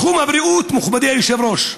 בתחום הבריאות, מכובדי היושב-ראש,